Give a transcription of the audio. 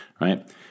right